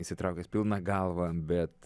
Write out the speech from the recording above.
įsitraukęs pilna galva bet